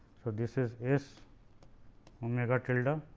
so, this is s omega tilde um